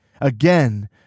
again